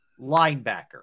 linebacker